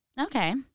Okay